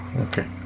Okay